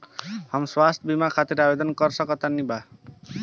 हम स्वास्थ्य बीमा खातिर आवेदन कइसे करि तनि बताई?